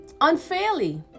unfairly